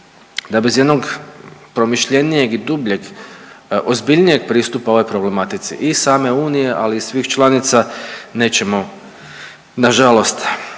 da bez jednog promišljenijeg i dubljeg, ozbiljnijeg pristupa ovoj problematici i same Unije, ali i svih članica nećemo nažalost